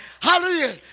Hallelujah